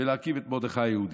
ולהקים את מרדכי היהודי.